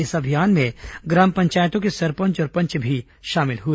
इस अभियान में ग्राम पंचायतों के सरपंच और पंच भी शामिल हुए